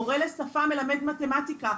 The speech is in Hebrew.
מורה לשפה מלמד מתמטיקה.